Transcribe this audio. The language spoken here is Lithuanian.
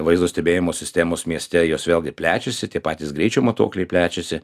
vaizdo stebėjimo sistemos mieste jos vėlgi plečiasi ir tie patys greičio matuokliai plečiasi